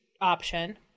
option